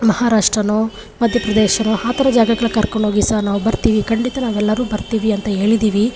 ಮಹಾರಾಷ್ಟ್ರನೋ ಮಧ್ಯ ಪ್ರದೇಶನೋ ಆ ಥರ ಜಾಗಕ್ಕೆಲ್ಲ ಕರ್ಕೊಂಡು ಹೋಗಿ ಸರ್ ನಾವು ಬರ್ತೀವಿ ಖಂಡಿತ ನಾವೆಲ್ಲರೂ ಬರ್ತೀವಿ ಅಂತ ಹೇಳಿದ್ದೀವಿ